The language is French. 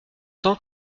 tant